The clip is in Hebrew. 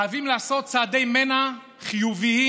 חייבים לעשות צעדי מנע חיוביים,